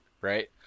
right